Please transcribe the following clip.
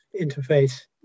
interface